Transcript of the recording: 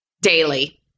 daily